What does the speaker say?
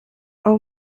all